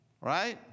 right